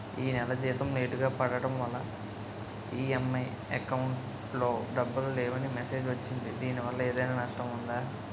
ఈ నెల జీతం లేటుగా పడటం వల్ల ఇ.ఎం.ఐ అకౌంట్ లో డబ్బులు లేవని మెసేజ్ వచ్చిందిదీనివల్ల ఏదైనా నష్టం ఉందా?